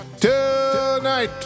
Tonight